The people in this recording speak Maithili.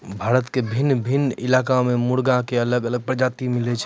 भारत के भिन्न भिन्न इलाका मॅ मुर्गा के अलग अलग प्रजाति मिलै छै